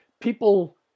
People